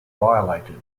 violated